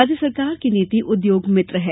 राज्य सरकार की नीति उद्योग मित्र की है